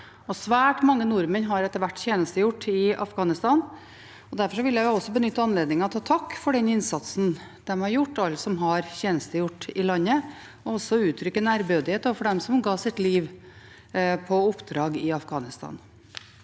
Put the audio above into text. Svært mange nordmenn har etter hvert tjenestegjort i Afghanistan, og derfor vil jeg benytte anledningen til å takke for den innsatsen de har gjort, alle som har tjenestegjort i landet, og også uttrykke ærbødighet overfor dem som ga sitt liv på oppdrag i Afghanistan.